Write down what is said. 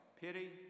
Pity